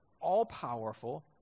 all-powerful